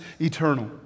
eternal